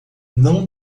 não